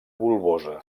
bulbosa